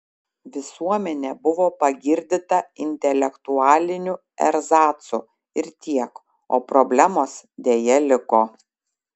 visuomenė buvo pagirdyta intelektualiniu erzacu ir tiek o problemos deja liko